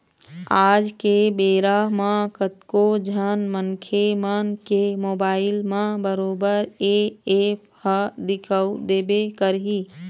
आज के बेरा म कतको झन मनखे मन के मोबाइल म बरोबर ये ऐप ह दिखउ देबे करही